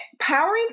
powering